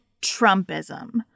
Trumpism